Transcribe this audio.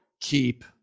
keep